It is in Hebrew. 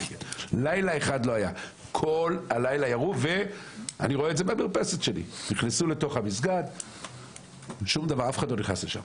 אני רואה את זה מהמרפסת שלי, אף אחד לא נכנס לשם.